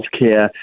healthcare